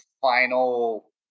final